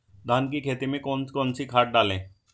धान की खेती में कौन कौन सी खाद डालें?